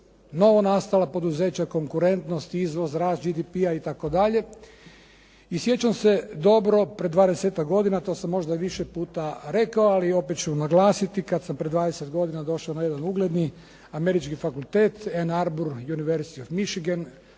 novonastala poduzeća konkurentnost, izvoz, rast GDP-a itd. I sjećam se dobro, pred 20-ak godina, to sam možda više puta rekao, ali opet ću naglasiti, kada sam prije 20 godina došao na jedan ugledni američki fakultet …/Govornik se ne